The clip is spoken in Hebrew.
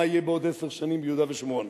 מה יהיה בעוד עשר שנים ביהודה ושומרון,